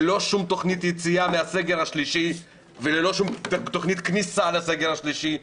ללא שום תוכנית יציאה מהסגר השלישי וללא שום תוכנית כניסה לסגר השלישי.